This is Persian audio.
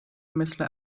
مثل